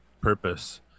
purpose